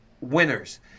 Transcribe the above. winners